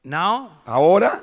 now